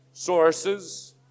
Sources